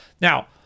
Now